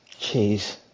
Jeez